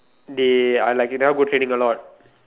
they are like you never go training a lot